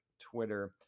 Twitter